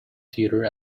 theatre